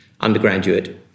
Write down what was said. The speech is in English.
undergraduate